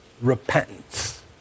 repentance